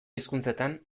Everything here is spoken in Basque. hizkuntzetan